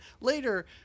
later